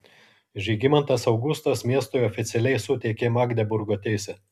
žygimantas augustas miestui oficialiai suteikė magdeburgo teisę